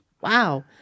Wow